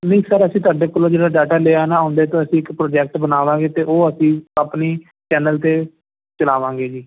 ਨਹੀਂ ਸਰ ਅਸੀਂ ਤੁਹਾਡੇ ਕੋਲੋਂ ਜਿਹੜਾ ਡਾਟਾ ਲਿਆ ਨਾ ਉਹਦੇ ਤੋਂ ਅਸੀਂ ਇੱਕ ਪ੍ਰੋਜੈਕਟ ਬਣਾਵਾਂਗੇ ਅਤੇ ਉਹ ਅਸੀਂ ਆਪਣੀ ਚੈਨਲ 'ਤੇ ਚਲਾਵਾਂਗੇ ਜੀ